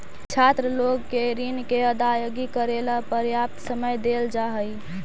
छात्र लोग के ऋण के अदायगी करेला पर्याप्त समय देल जा हई